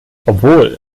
obwohl